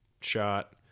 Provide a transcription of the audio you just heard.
shot